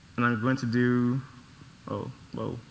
and i'm going to do oh, whoa,